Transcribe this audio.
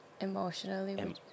emotionally